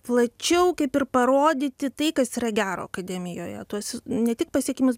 plačiau kaip ir parodyti tai kas yra gero akademijoje tuos ne tik pasiekimus